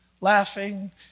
laughing